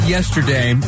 Yesterday